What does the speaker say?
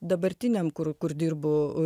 dabartiniam kur kur dirbu